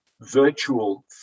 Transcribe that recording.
virtual